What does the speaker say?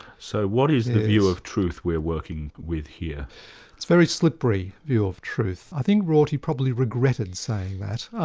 so what is the view of truth we're working with here? it's a very slippery view of truth. i think rorty probably regretted saying that,